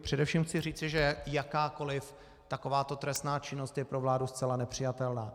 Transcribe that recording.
Především chci říci, že jakákoli takováto trestná činnost je pro vládu zcela nepřijatelná.